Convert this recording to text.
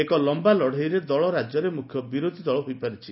ଏକ ଲମ୍ୟା ଲଢ଼େଇରେ ଦଳ ରାଜ୍ୟରେ ମୁଖ୍ୟ ବିରୋଧୀ ଦଳ ହୋଇପାରିଛି